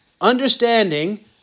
understanding